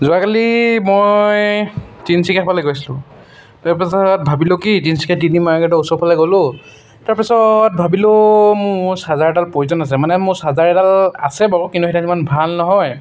যোৱাকালি মই তিনিচুকীয়া ফালে গৈছিলো তাৰপিছত ভাবিলো কি তিনিচুকীয়াৰ মাৰ্কেটৰ ফালে গ'লোঁ তাৰপিছত ভাবিলোঁ মোৰ চাৰ্জাৰ এডাল প্ৰয়োজন আছে মানে মোৰ চাৰ্জাৰ এডাল আছে বাৰু কিন্তু সেইডাল ইমান ভাল নহয়